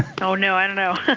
oh no, i don't know.